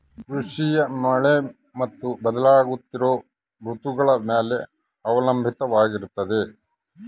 ಕೃಷಿಯು ಮಳೆ ಮತ್ತು ಬದಲಾಗುತ್ತಿರೋ ಋತುಗಳ ಮ್ಯಾಲೆ ಅವಲಂಬಿತವಾಗಿರ್ತದ